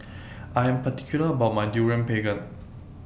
I Am particular about My Durian Pengat